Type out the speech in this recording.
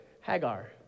Hagar